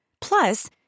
Plus